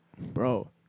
Bro